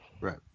Right